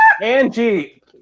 Angie